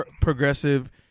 progressive